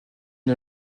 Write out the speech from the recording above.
une